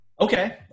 Okay